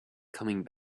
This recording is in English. coming